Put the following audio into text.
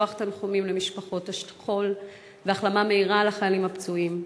לשלוח תנחומים למשפחות השכול והחלמה מהירה לחיילים הפצועים.